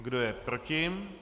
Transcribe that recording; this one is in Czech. Kdo je proti?